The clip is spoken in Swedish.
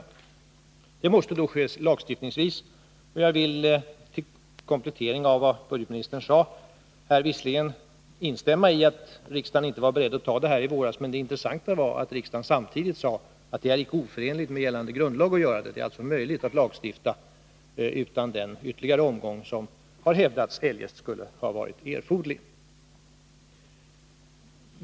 Detta måste då ske lagstiftningsvägen, och jag vill till komplettering av vad budgetministern sade instämma i att riksdagen visserligen inte var beredd att fatta beslut om att gå lagstiftningsvägen i våras, men det intressanta var att riksdagen samtidigt sade att det icke är oförenligt med gällande grundlag att göra det. Det är alltså möjligt att lagstifta om detta utan den ytterligare omgång som enligt vad som hävdats tidigare skulle ha varit erforderlig.